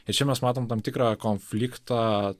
ir čia mes matom tikrą konfliktą